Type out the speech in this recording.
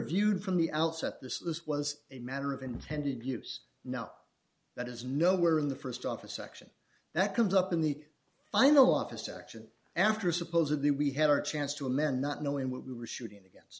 viewed from the outset this was a matter of intended use not that is nowhere in the st off a section that comes up in the final office action after supposedly we had our chance to amend not knowing what we were shooting against